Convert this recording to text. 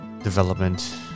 development